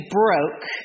broke